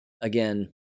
Again